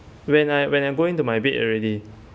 when I when I go in to my bed already